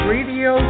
Radio